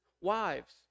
Wives